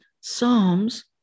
Psalms